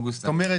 נובמבר.